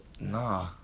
Nah